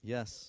Yes